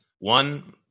One